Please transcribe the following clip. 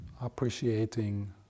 appreciating